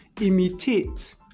imitate